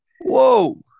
whoa